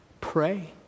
Pray